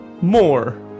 MORE